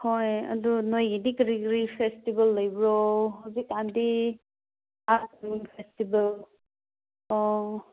ꯍꯣꯏ ꯑꯗꯣ ꯅꯣꯏꯒꯤꯗꯤ ꯀꯔꯤ ꯀꯔꯤ ꯐꯦꯁꯇꯤꯕꯦꯜ ꯂꯩꯕ꯭ꯔꯣ ꯍꯧꯖꯤꯛꯀꯥꯟꯗꯤ ꯐꯦꯁꯇꯤꯕꯦꯜ